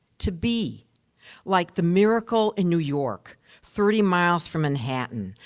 to be like the miracle in new york thirty miles from manhattan.